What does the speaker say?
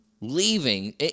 leaving